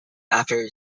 after